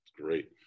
great